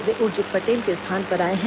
वे उर्जित पटेल के स्थान पर आए हैं